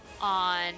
on